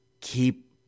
keep